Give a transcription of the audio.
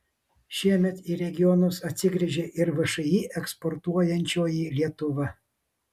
šiemet į regionus atsigręžė ir všį eksportuojančioji lietuva